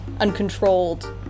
uncontrolled